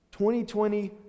2020